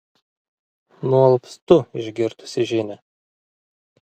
nualpstu išgirdusi žinią